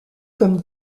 comme